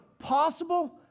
possible